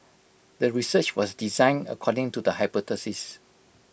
the research was designed according to the hypothesis